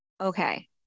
Okay